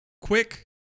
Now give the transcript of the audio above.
quick